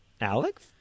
Alex